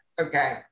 Okay